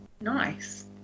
nice